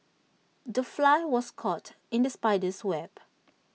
the fly was caught in the spider's web